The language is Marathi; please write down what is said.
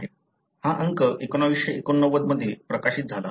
हा अंक 1989 मध्ये प्रकाशित झाला